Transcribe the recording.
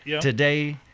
today